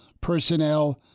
personnel